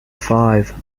five